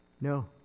No